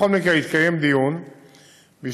בכל מקרה התקיים דיון בהשתתפות,